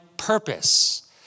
purpose